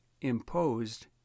imposed